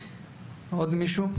עוד מישהו?